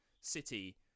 city